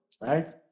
Right